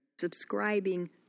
subscribing